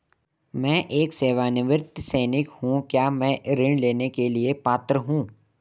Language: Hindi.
मैं एक सेवानिवृत्त सैनिक हूँ क्या मैं ऋण लेने के लिए पात्र हूँ?